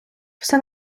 все